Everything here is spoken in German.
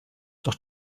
doch